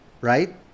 right